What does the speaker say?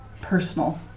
personal